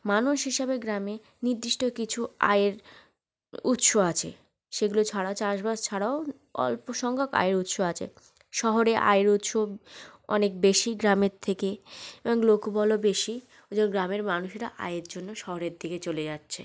মানুষ হিসাবে গ্রামে নির্দিষ্ট কিছু আয়ের উৎস আছে সেগুলো ছাড়া চাষবাস ছাড়াও অল্প সংখ্যক আয়ের উৎস আছে শহরে আয়ের উৎস অনেক বেশি গ্রামের থেকে এবং লোকবলও বেশি ওই জন্য গ্রামের মানুষেরা আয়ের জন্য শহরের দিকে চলে যাচ্ছে